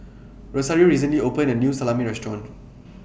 Rosario recently opened A New Salami Restaurant